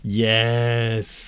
yes，